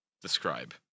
Describe